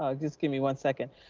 ah just give me one second.